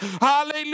Hallelujah